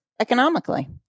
economically